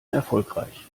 erfolgreich